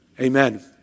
Amen